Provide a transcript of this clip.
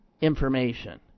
information